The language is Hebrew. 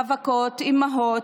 רווקות, אימהות,